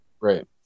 Right